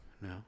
no